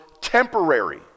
temporary